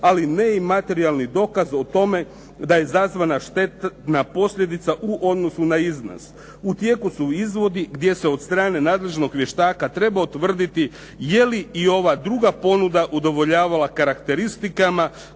ali ne i materijalni dokaz o tome da je izazvana štetna posljedica u odnosu na iznos. U tijeku su izvodi gdje se od strane nadležnog vještaka treba utvrditi je li i ova druga ponuda udovoljavala karakteristikama